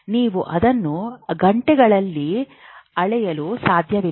ನೀವು ಅದನ್ನು ಗಂಟೆಗಳಲ್ಲಿ ಅಳೆಯಲು ಸಾಧ್ಯವಿಲ್ಲ